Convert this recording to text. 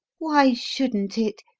why shouldn't it?